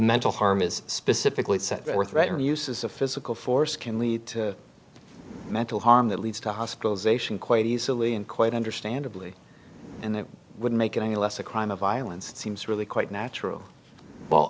mental harm is specifically set or threat or uses of physical force can lead to mental harm that leads to hospitalization quite easily and quite understandably and that would make it any less a crime of violence it seems really quite natural well